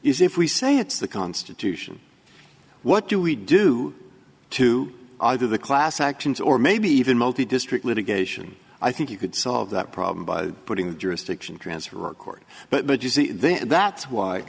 if we say it's the constitution what do we do to either the class actions or maybe even multi district litigation i think you could solve that problem by putting the jurisdiction transfer record but then that's why